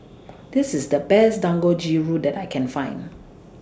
This IS The Best Dangojiru that I Can Find